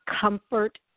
comfort